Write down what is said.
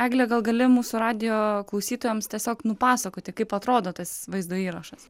eglė gal gali mūsų radijo klausytojams tiesiog nupasakoti kaip atrodo tas vaizdo įrašas